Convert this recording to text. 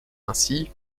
ainsi